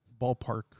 ballpark